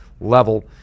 level